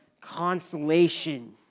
consolation